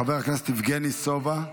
חבר הכנסת יבגני סובה,